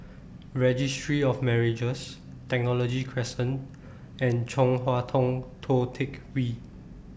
Registry of Marriages Technology Crescent and Chong Hua Tong Tou Teck Hwee